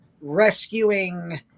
rescuing